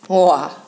!wah!